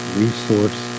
resource